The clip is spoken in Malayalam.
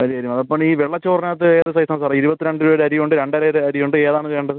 വലിയ അരി ആ ശരി അപ്പോൾ ഈ വെള്ള ചോറിനകത്ത് ഏത് സൈസാണ് സാർ ഇരുപത്തി രണ്ട് രൂപയുടെ അരിയുണ്ട് രണ്ടരയുടെ അരിയുണ്ട് ഏതാണ് വേണ്ടത്